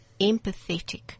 empathetic